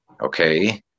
Okay